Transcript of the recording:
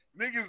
niggas